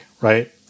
right